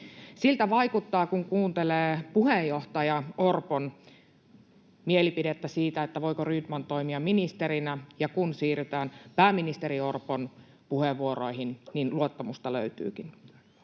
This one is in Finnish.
Siltä vaikuttaa, kun kuuntelee puheenjohtaja Orpon mielipidettä siitä, voiko Rydman toimia ministerinä, ja kun siirrytään pääministeri Orpon puheenvuoroihin, jolloin luottamusta löytyykin.